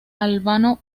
albano